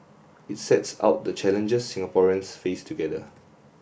it sets out the challenges Singaporeans face together